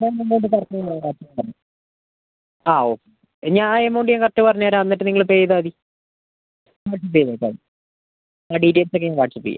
ഞാൻ നിന്നോട് പറഞ്ഞില്ലേ ആ ഓക്കെ എങ്കിൽ ആ എമൗണ്ട് ഞാൻ കറക്റ്റ് പറഞുതരാം എന്നിട്ട് നിങ്ങൾ പേ ചെയ്താൽ മതി ഗൂഗിൾ പേ ചെയ്തോ കേട്ടോ ആ ഡീറ്റെയിൽസ് ഒക്കെ ഞാൻ വാട്ട്സ്ആപ്പ് ചെയ്യാം